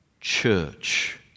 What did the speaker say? church